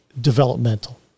developmental